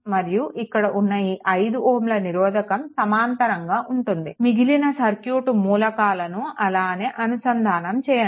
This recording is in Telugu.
మరియు ఇక్కడ ఉన్న ఈ 5 Ω నిరోధకం సమాంతరంగా ఉంటుంది మిగిలిన సర్క్యూట్ మూలకాలను అలానే అనుసంధానం చేయండి